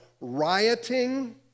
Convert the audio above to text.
rioting